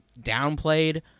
downplayed